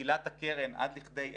אזילת הקרן עד לכדי אפס,